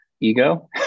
ego